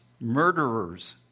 murderers